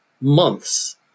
months